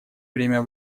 время